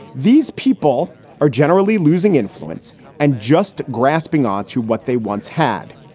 these people are generally losing influence and just grasping on to what they once had.